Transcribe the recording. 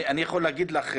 אני יכול להגיד לך,